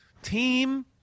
team